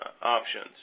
options